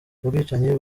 ubwicanyi